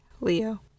Leo